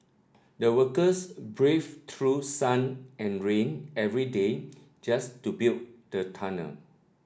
the workers braved true sun and rain every day just to build the tunnel